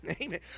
Amen